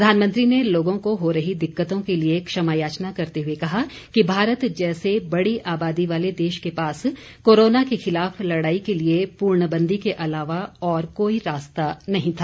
प्रधानमंत्री ने लोगों को हो रही दिक्कतों के लिए क्षमायाचना करते हुए कहा कि भारत जैसे बड़ी आबादी वाले देश के पास कोरोना के खिलाफ लड़ाई के लिए पूर्णबंदी के अलावा और कोई रास्ता नहीं था